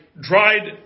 dried